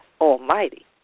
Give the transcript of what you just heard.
Almighty